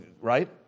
Right